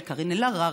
על קארין אלהרר,